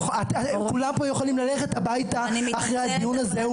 כולם פה יכולים ללכת הביתה, אחרי הדיון הזה.